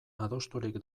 adosturik